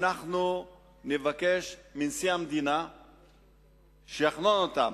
גם נבקש מנשיא המדינה שיחנון אותם,